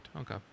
Okay